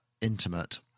intimate